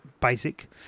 basic